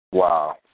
Wow